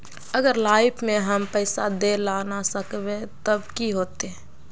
अगर लाइफ में हम पैसा दे ला ना सकबे तब की होते?